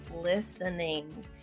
listening